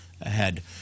Ahead